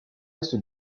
est